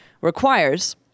requires